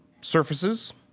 surfaces